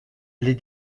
les